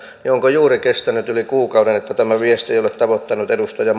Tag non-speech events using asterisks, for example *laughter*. on juuri kestänyt yli kuukauden että tämä viesti ei ole tavoittanut edustaja *unintelligible*